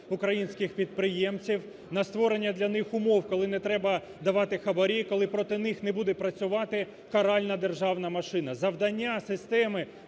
українських підприємців, на створення для них умов, коли не треба давати хабарі, коли проти них не буде працювати каральна державна машина. Завдання системи